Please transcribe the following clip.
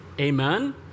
Amen